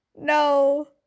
No